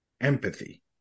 empathy